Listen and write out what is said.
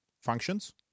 functions